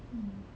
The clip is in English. hmm